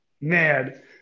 Mad